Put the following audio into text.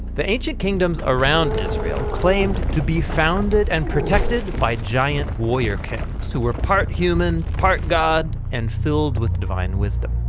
the ancient kingdoms around israel claimed to be founded and protected by giant warrior kings. who were part human, part god, and filled with divine wisdom.